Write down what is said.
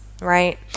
right